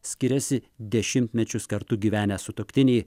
skiriasi dešimtmečius kartu gyvenę sutuoktiniai